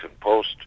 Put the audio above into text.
Post